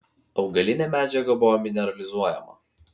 augalinė medžiaga buvo mineralizuojama